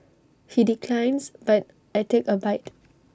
he declines but I take A bite